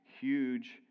huge